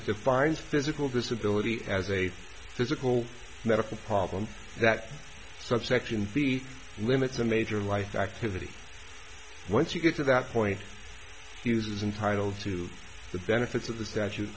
defines physical disability as a physical medical problem that subsection the limits a major life activity once you get to that point fuses intitled to the benefits of the statute